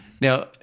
Now